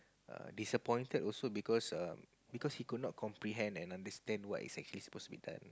err disappointed also because err because he could not comprehend and understand what is actually supposed to be done